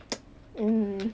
mmhmm